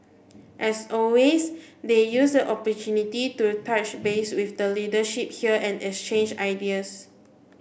as always they used the opportunity to touch base with the leadership here and exchange ideas